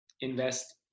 invest